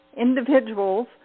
individuals